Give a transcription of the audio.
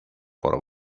por